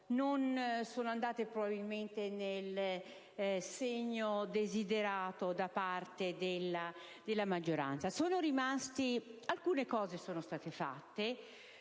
non sono andate probabilmente nel segno desiderato da parte della maggioranza. Alcune questioni sono state risolte,